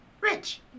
rich